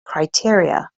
criteria